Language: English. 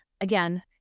Again